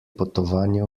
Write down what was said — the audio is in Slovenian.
potovanje